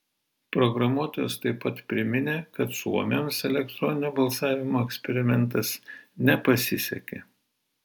programuotojas taip pat priminė kad suomiams elektroninio balsavimo eksperimentas nepasisekė